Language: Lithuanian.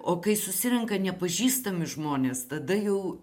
o kai susirenka nepažįstami žmonės tada jau